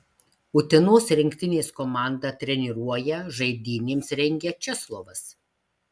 utenos rinktinės komandą treniruoja žaidynėms rengia česlovas